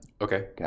Okay